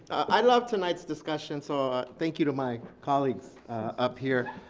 i love tonight's discussion, so thank you to my colleagues up here.